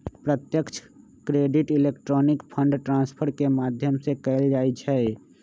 प्रत्यक्ष credit electronic fund transfer के माध्यम से कएल जाइ छइ